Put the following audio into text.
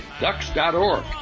Ducks.org